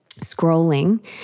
scrolling